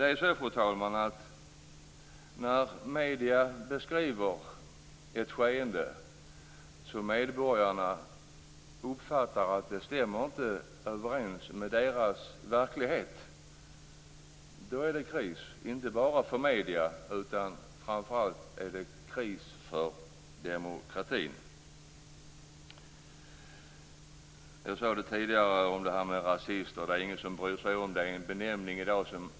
Det är så, fru talman, att när medierna beskriver ett skeende som medborgarna uppfattar inte stämmer överens med deras verklighet är det kris, inte bara för medierna utan framför allt kris för demokratin. Jag talade tidigare om rasister. Det är ingen som längre bryr sig om den benämningen.